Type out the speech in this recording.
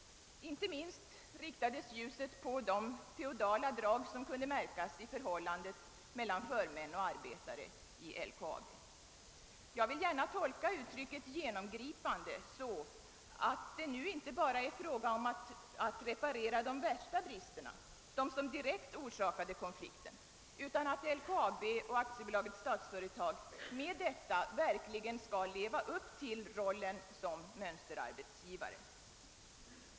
Inte minst riktades ljuset på de feodala drag som kunde märkas i förhållandet mellan förmän och arbetare i LKAB. Jag vill gärna tolka uttrycket »genomgripande omorganisation och utvidgning av samrådssystemet« så, att det nu inte bara är fråga om att reparera de värsta bristerna, de som direkt orsakade konflikten, utan att LKAB och Statsföretag AB med detta verkligen skall leva upp till rollen som mönsterarbetsgivare.